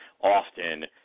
often